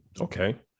Okay